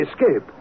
escape